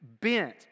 bent